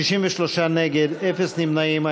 63 נגד, אפס נמנעים.